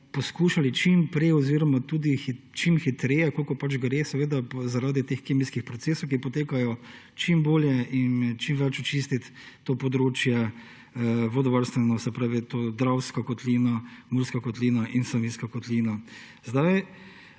poskušali čim prej oziroma tudi čim hitreje, kolikor pač gre zaradi teh kemijskih procesov, ki potekajo, čim bolje in čim več očistiti to območje vodovarstveno, se pravi Dravska kotlina, Murska kotlina in Savinjska kotlina. Zdaj